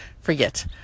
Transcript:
forget